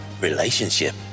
relationship